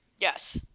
Yes